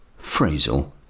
phrasal